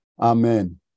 Amen